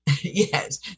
yes